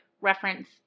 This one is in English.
reference